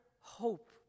hope